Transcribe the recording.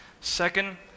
Second